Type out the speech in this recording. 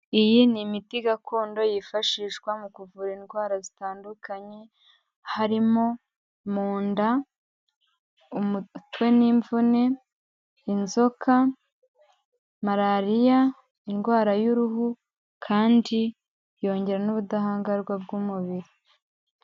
Iyi ni imiti gakondo yifashishwa mu kuvura indwara zitandukanye, harimo mu nda, umutwe n'imvune, inzoka, malariya, indwara y'uruhu, kandi yongera n'ubudahangarwa bw'umubiri.